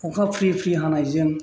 अखा फ्रि फ्रि हानायजों